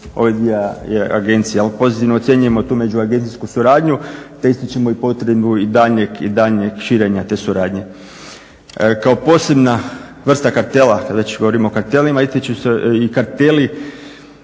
dvije agencije. Ali pozitivno ocjenjujemo tu međuagencijsku suradnju, te ističemo i potrebu i daljnjeg širenja te suradnje. Kao posebna vrsta kartela, kad već govorimo o kartelima, ističu se i karteli